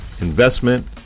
investment